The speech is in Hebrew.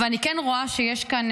אבל אני כן רואה שיש כאן,